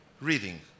reading